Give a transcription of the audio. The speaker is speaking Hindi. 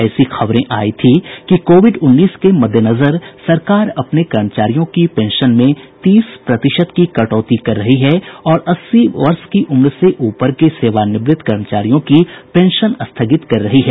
ऐसी खबरें आई थी कि कोविड उन्नीस के मद्देनजर सरकार अपने कर्मचारियों की पेंशन में तीस प्रतिशत की कटौती कर रही है और अस्सी वर्ष की उम्र से ऊपर के सेवानिवृत्त कर्मचारियों की पेंशन स्थगित कर रही है